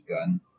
gun